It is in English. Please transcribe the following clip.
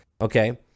Okay